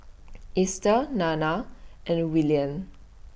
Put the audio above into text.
Easter Nana and Willian